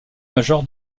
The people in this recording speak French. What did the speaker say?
major